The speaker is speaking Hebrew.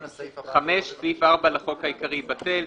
5. סעיף 4 לחוק העיקרי, בטל.